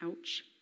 ouch